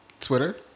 Twitter